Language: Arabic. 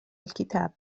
الكتاب